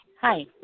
Hi